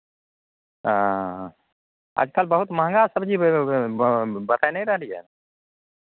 अच्छा बहुत महङ्गा सबजी बता नहि रहलियै